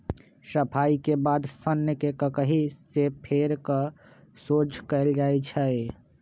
सफाई के बाद सन्न के ककहि से फेर कऽ सोझ कएल जाइ छइ